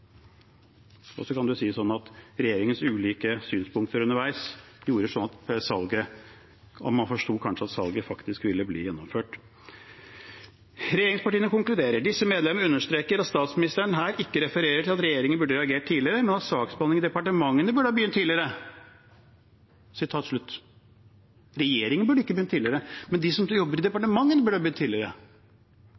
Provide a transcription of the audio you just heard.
Så kan man si at regjeringens ulike synspunkter underveis gjorde at man kanskje forsto at salget faktisk ville bli gjennomført. Regjeringspartiene konkluderer: «Disse medlemmer understreker at statsministeren her ikke refererer til at regjeringen burde ha reagert på et tidligere tidspunkt, men at saksbehandlingen i departementene burde ha begynt på et tidligere tidspunkt.» Regjeringen burde ikke begynt tidligere, men de som jobber i